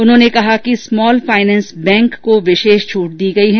उन्होंने कहा कि स्मॉल फाइनेंस बैंक को विशेष छूट दी गई हैं